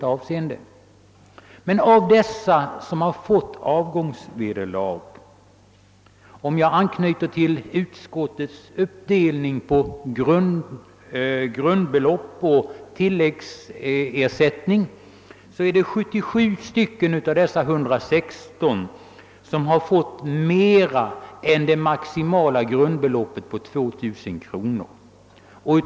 Men av de 116 som fått avgångsvederlag är det — för att anknyta till utskottets uppdelning på grundbelopp och tilläggsersättning — 77 som fått mera än det maximala grundbeloppet på 2 000 kronor.